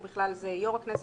ובכלל זה יושב-ראש הכנסת,